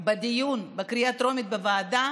בדיון בקריאה טרומית בוועדה